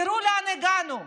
תראו לאן הגענו.